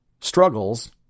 struggles